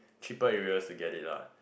cheaper areas to get it lah